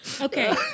Okay